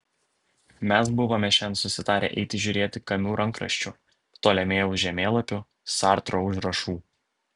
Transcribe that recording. mes buvome šiandien susitarę eiti žiūrėti kamiu rankraščių ptolemėjaus žemėlapių sartro užrašų